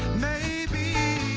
maybe